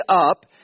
up